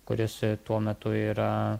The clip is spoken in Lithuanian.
kuris tuo metu yra